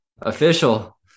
Official